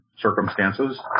circumstances